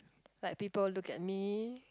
like people look at me